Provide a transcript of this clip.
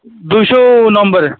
दुई सौ नम्बर